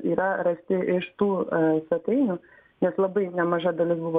yra rasti iš tų svetainių nes labai nemaža dalis buvo